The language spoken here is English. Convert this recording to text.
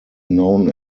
known